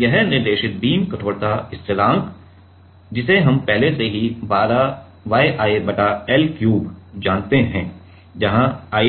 यह निर्देशित बीम कठोरता स्थिरांक है जिसे हम पहले से ही 12 Y I बटा l क्यूब जानते हैं जहां I